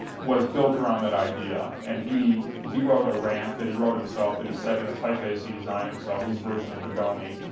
was built around that idea, and he he wrote a rant that he wrote himself that he said in the typeface he designed himself, his version of bodoni,